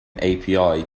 api